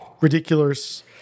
ridiculous